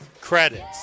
credits